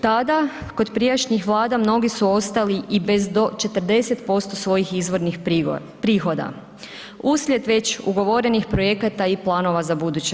Tada kod prijašnjih Vlada mnogi su ostali i bez do 40% svojih izvornih prihoda uslijed već ugovorenih projekata i planova za buduće.